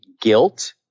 guilt